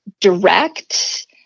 direct